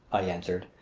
i answered,